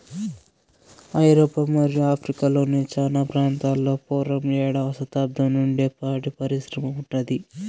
ఐరోపా మరియు ఆఫ్రికా లోని చానా ప్రాంతాలలో పూర్వం ఏడవ శతాబ్దం నుండే పాడి పరిశ్రమ ఉన్నాది